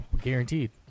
guaranteed